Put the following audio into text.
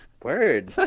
word